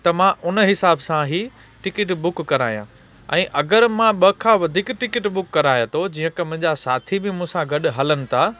त मां उन हिसाब सां ई टिकिट बुक करायां ऐं अगरि मां ॿ खां वधीक टिकिट बुक करायां थो जीअं कि मुंहिंजा साथी मूंसां गॾु हलनि था